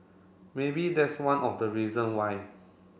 maybe that's one of the reason why